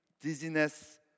dizziness